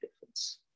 difference